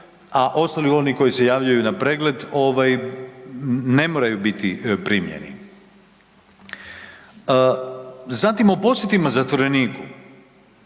a ostali oni koji se javljaju na pregled ovaj ne moraju biti primljeni. Zatim o posjetima zatvoreniku,